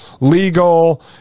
legal